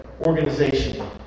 organization